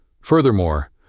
furthermore